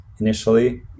initially